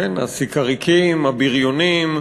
כן, הסיקריקים, הבריונים.